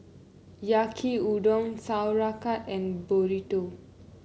Yaki Udon Sauerkraut and Burrito